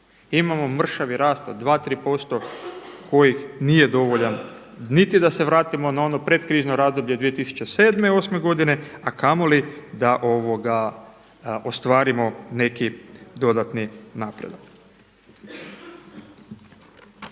imamo mršavi rast od 2, 3% kojih nije dovoljan niti da se vratimo na ono predkrizno razdoblje 2007., 8. godine, a kamoli da ostvarimo neki dodatni napredak.